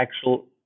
actual